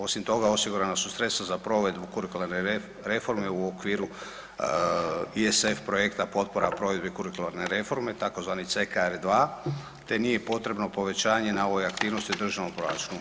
Osim toga, osigurana su sredstva za provedbu kurikularne reforme u okviru ISF projekta potpora provedbi kurikularne reforme tzv. CKR2, te nije potrebno povećanje na ovoj aktivnosti u državnom proračunu.